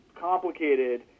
complicated